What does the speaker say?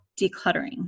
decluttering